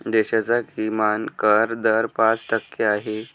देशाचा किमान कर दर पाच टक्के आहे